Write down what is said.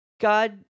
God